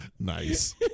Nice